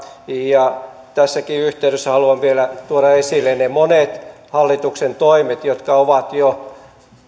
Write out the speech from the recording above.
ja tässäkin yhteydessä haluan vielä tuoda esille ne monet hallituksen toimet jotka ovat jo